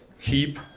keep